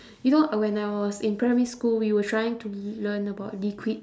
you know uh when I was in primary school we were trying to learn about liquids